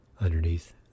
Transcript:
underneath